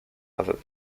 other